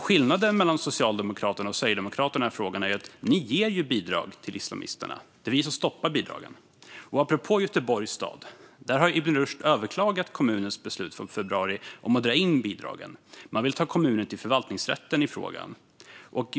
Skillnaden mellan Socialdemokraterna och Sverigedemokraterna i denna fråga är att ni ger bidrag till islamisterna, och vi stoppar bidragen. Apropå Göteborgs stad har Ibn Rushd där överklagat kommunens beslut från februari om att dra in bidragen. Man vill ta kommunen till förvaltningsrätten i frågan.